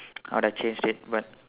I woulda changed it but